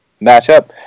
matchup